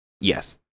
Yes